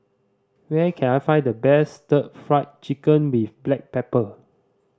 where can I find the best Stir Fried Chicken with black pepper